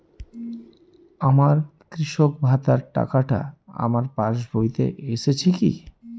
আমার কৃষক ভাতার টাকাটা আমার পাসবইতে এসেছে কি?